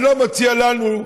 אני לא מציע לנו,